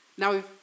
Now